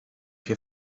się